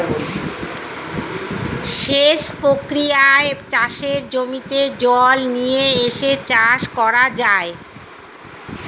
সেচ প্রক্রিয়ায় চাষের জমিতে জল নিয়ে এসে চাষ করা যায়